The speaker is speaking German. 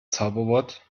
zauberwort